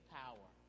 power